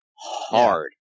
hard